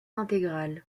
intégral